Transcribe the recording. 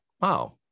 Wow